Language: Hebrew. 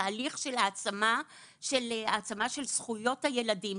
תהליך של העצמה של זכויות הילדים.